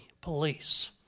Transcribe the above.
police